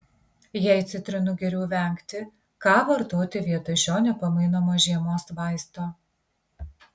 jei citrinų geriau vengti ką vartoti vietoj šio nepamainomo žiemos vaisto